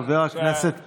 חבר הכנסת פרוש.